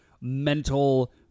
mental